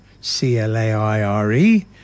C-L-A-I-R-E